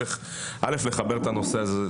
צריך לחבר את הנושא הזה,